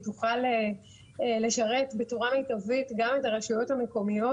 תוכל לשרת בצורה מיטבית גם את הרשויות המקומיות.